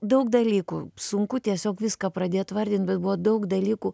daug dalykų sunku tiesiog viską pradėt vardint bet buvo daug dalykų